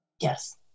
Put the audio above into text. Yes